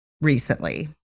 recently